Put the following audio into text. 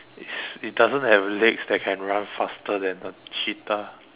yes it doesn't have legs but it runs faster than a cheetah